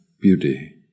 beauty